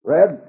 Red